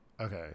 Okay